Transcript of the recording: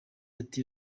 ati